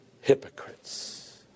hypocrites